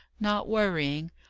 not worrying!